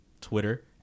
twitter